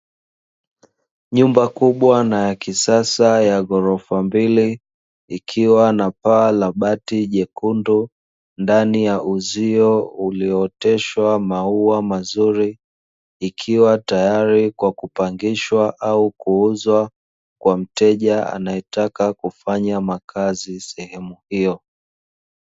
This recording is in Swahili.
Nyumba kubwa na ya kisasa ya ghorofa mbili, ikiwa na paa la bati jekundu ndani ya uzio uliooteshwa maua mazuri. Ikiwa tayari kwa kupangishwa au kuuzwa kwa mteja anayetaka kufanya makazi sehemu hiyo.